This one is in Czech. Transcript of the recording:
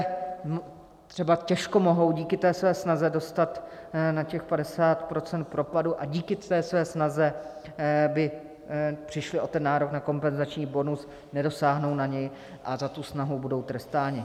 Ti se třeba těžko mohou díky své snaze dostat na těch 50 % propadu a díky té své snaze by přišli o nárok na kompenzační bonus, nedosáhnou na něj a za tu snahu budou trestáni.